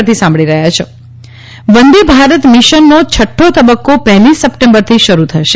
MEA Vande Bharat Vande Bharat મિશનનો છઠ્ઠો તબક્કો પહેલી સપ્ટેમ્બરથી શરૂ થનાર છે